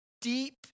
deep